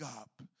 up